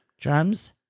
Drums